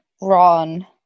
Ron